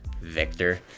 Victor